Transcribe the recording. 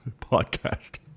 podcast